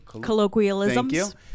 Colloquialisms